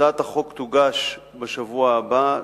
הצעת החוק תוגש בשבוע הבא,